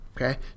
okay